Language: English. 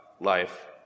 life